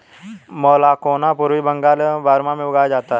मैलाकोना पूर्वी बंगाल एवं बर्मा में उगाया जाता है